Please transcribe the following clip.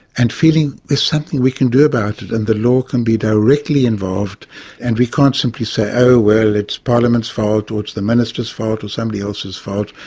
and feeling there's something we can do about it, and the law can be directly involved and we can't simply say, oh well, it's parliament's fault', or it's the minister's fault, or somebody else's fault.